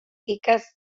ikas